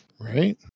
right